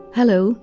Hello